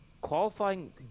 Qualifying